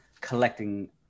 Collecting